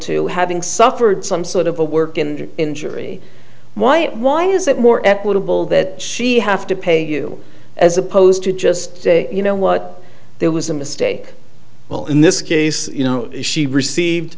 to having suffered some sort of a work in injury why it why is it more equitable that she have to pay you as opposed to just you know what there was a mistake well in this case you know she received